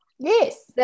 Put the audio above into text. yes